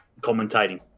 commentating